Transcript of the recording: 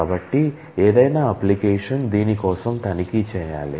కాబట్టి ఏదైనా అప్లికేషన్ దీని కోసం తనిఖీ చేయాలి